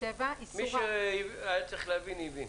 מי שהיה צריך להבין הבין.